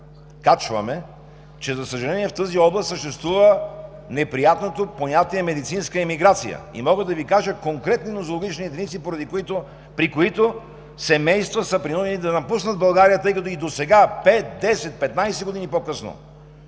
пациенти, че, за съжаление, в тази област съществува неприятното понятие „медицинска емиграция“. И мога да Ви кажа конкретни нозологични единици, при които семейства са принудени да напуснат България, тъй като и досега – пет, десет, петнадесет години по-късно,